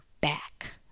back